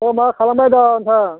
अह मा खालामबाय दं नोंथां